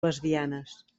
lesbianes